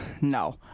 No